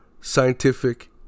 Scientific